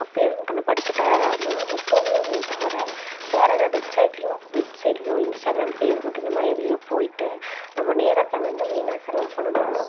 அப்பையும் நமக்கு அந்த படிக்க டையர்டாக இருந்தாலும் நம்ம தூங்குவோமே தவிர வேறு எந்த வெப்சைட்லையும் வெப்சைட்லியோ இன்ஸ்டாக்ராம் ஃபேஸ்புக் இந்தமாதிரி எதுலையோ போயிட்டு நம்ம நேரத்தை வந்து வீணாக செலவு பண்ண மாட்டோம்